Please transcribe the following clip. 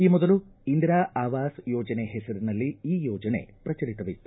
ಈ ಮೊದಲು ಇಂದಿರಾ ಆವಾಸ್ ಯೋಜನೆ ಹೆಸರಿನಲ್ಲಿ ಈ ಯೋಜನೆ ಪ್ರಚಲಿತವಿತ್ತು